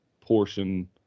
portion